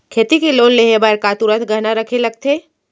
खेती के लोन लेहे बर का तुरंत गहना रखे लगथे?